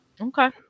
Okay